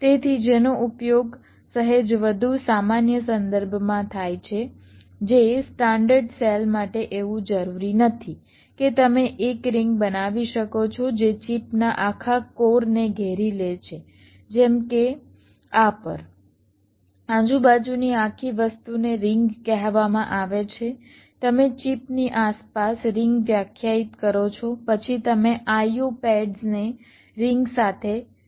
તેથી જેનો ઉપયોગ સહેજ વધુ સામાન્ય સંદર્ભમાં થાય છે જે સ્ટાન્ડર્ડ સેલ માટે એવું જરૂરી નથી કે તમે એક રિંગ બનાવી શકો છો જે ચિપના આખા કોર ને ઘેરી લે છે જેમ કે આ પર આજુબાજુની આખી વસ્તુને રિંગ કહેવામાં આવે છે તમે ચિપની આસપાસ રિંગ વ્યાખ્યાયિત કરો છો પછી તમે I O પેડ્સ ને રિંગ સાથે જોડો છો